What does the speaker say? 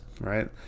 right